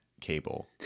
cable